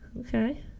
Okay